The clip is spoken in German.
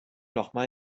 nochmal